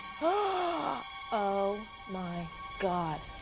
ah oh, my god.